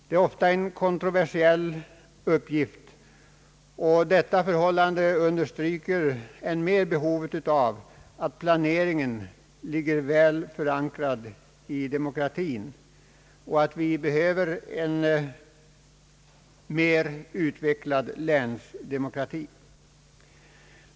Det är ofta kontroversiella uppgifter, och den omständigheten understryker än mer behovet av att planeringen ligger väl förankrad i demokratin liksom att vi behöver en mer utvecklad länsdemokrati.